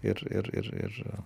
ir ir